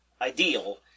ideal